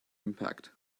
impact